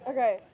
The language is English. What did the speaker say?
Okay